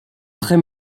très